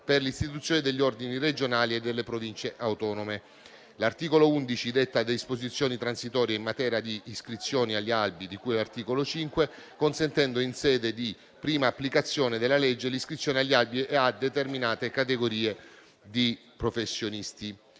per l'istituzione degli ordini regionali e delle Province autonome. L'articolo 11 detta disposizioni transitorie in materia di iscrizioni agli albi di cui articolo 5, consentendo, in sede di prima applicazione della legge, l'iscrizione agli albi a determinate categorie di professionisti.